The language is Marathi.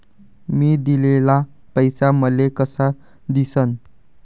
मी दिलेला पैसा मले कसा दिसन?